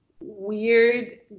weird